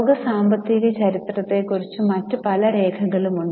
ലോക സാമ്പത്തിക ചരിത്രത്തെക്കുറിച്ച് മറ്റ് പല രേഖകളും ഉണ്ട്